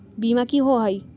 बीमा की होअ हई?